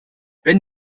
wenn